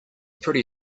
pretty